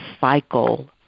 cycle